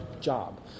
job